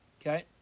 Okay